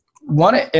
one